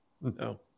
No